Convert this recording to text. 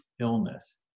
illness